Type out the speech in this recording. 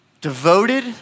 devoted